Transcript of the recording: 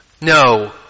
No